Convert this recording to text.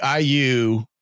IU